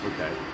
Okay